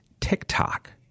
TikTok